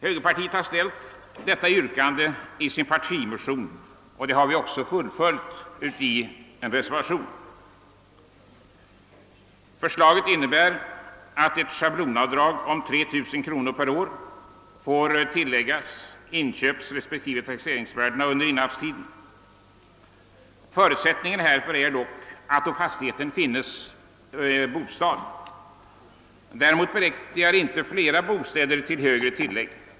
Högerpartiet har ställt detta yrkande i sin partimotion, och vi har sedan fullföljt det i en reservation. Förslaget innebär att ett schablonavdrag om 3 000 kronor per år får tilläggas inköpsrespektive taxeringsvärdena under innehavstiden. Förutsättningen härför är dock att å fastigheten finnes bostad. Däremot berättigar inte flera bostäder till högre tillägg.